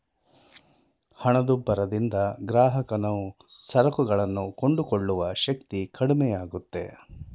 ಹಣದುಬ್ಬರದಿಂದ ಗ್ರಾಹಕನು ಸರಕುಗಳನ್ನು ಕೊಂಡುಕೊಳ್ಳುವ ಶಕ್ತಿ ಕಡಿಮೆಯಾಗುತ್ತೆ